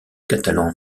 catalan